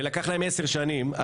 ולקח להם עשר שנים.